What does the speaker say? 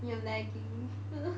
you are lagging